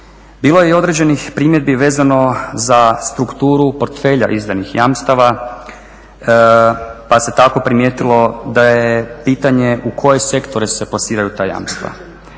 Bilo je i određenih primjedbi vezano za strukturu portfelja izdanih jamstava pa se tako primijetilo da je pitanje u koje sektore se plasiraju ta jamstva?